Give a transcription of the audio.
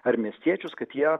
ar miestiečius kad jie